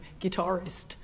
guitarist